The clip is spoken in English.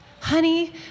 Honey